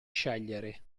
scegliere